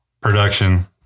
production